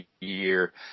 year